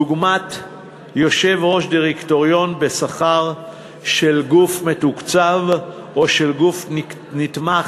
דוגמת יושב-ראש דירקטוריון בשכר של גוף מתוקצב או של גוף נתמך,